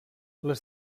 les